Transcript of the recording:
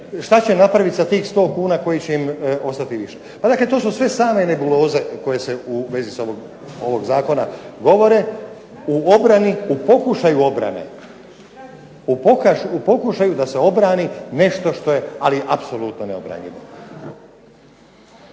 šta će napraviti sa tih 100 kuna koji će im ostati više. Pa dakle to su sve same nebuloze koje se u vezi ovog zakona govore, u obrani u pokušaju obrane, u pokušaju da se obrani nešto što je ali apsolutno neobranjivo.